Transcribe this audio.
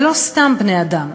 ולא סתם בני-אדם,